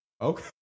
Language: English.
Okay